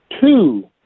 two